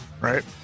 right